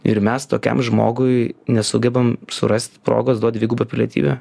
ir mes tokiam žmogui nesugebam surast progos duot dvigubą pilietybę